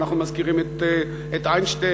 ואנחנו מזכירים את איינשטיין,